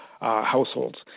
households